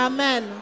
Amen